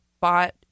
bought